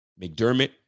McDermott